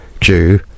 due